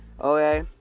Okay